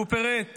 הוא פירט